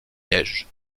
liège